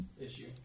issue